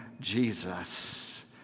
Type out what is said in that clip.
Jesus